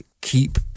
keep